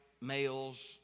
males